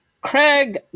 Craig